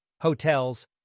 hotels